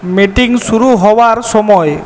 meeting শুরু হওয়ার সময়